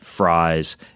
fries